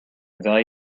value